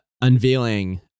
Unveiling